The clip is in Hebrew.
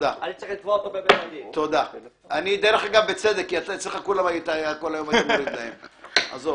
תראי לי פעם אחת